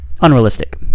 unrealistic